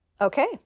Okay